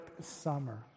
summer